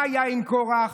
מה היה עם קורח?